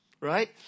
right